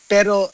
Pero